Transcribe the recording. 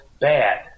bad